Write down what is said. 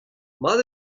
mat